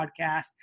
podcast